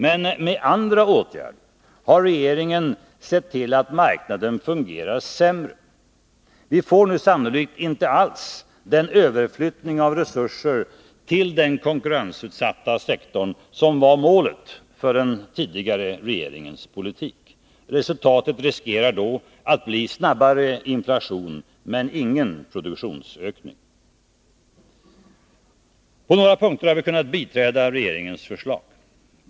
Men med andra åtgärder har regeringen sett till att marknaden fungerar sämre. Vi får nu sannolikt inte alls den överflyttning av resurser till den konkurrensutsatta sektorn som var målet för den förra regeringens politik. Resultatet riskerar då att bli snabbare inflation, men ingen produktionsökning. På några punkter har vi kunnat biträda regeringens förslag.